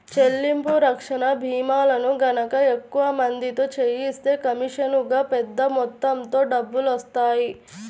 చెల్లింపు రక్షణ భీమాలను గనక ఎక్కువ మందితో చేయిస్తే కమీషనుగా పెద్ద మొత్తంలో డబ్బులొత్తాయి